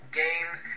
games